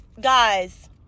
guys